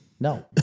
No